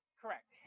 correct